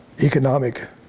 economic